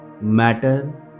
Matter